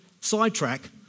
sidetrack